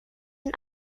and